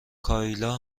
کایلا